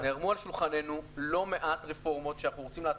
בשנה וחצי האלה נערמו על שולחננו לא מעט רפורמות שאנחנו רוצים לעשות.